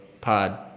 Pod